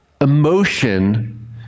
emotion